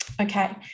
Okay